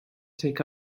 take